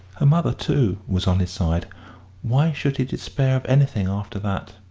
her mother, too, was on his side why should he despair of anything after that?